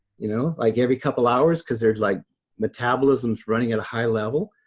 you know like every couple hours cause their like metabolism's running at a high level.